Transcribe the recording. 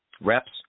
reps